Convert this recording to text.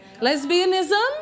lesbianism